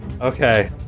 Okay